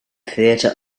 theatre